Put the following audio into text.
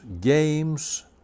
games